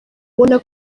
ubona